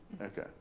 Okay